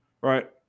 right